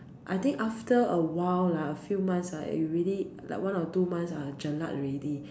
I think after a while ah few months ah you really like one or two months I'll jelak already